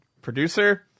producer